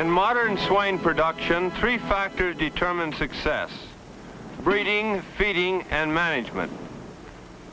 and modern swine production three factors determine success breeding feeding and management